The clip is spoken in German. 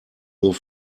nur